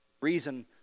reason